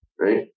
right